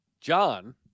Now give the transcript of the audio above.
John